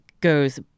goes